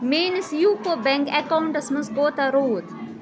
میٲنِس یوٗکو bank accounts منٛز کوٗتاہ روٗد